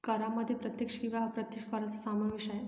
करांमध्ये प्रत्यक्ष किंवा अप्रत्यक्ष करांचा समावेश आहे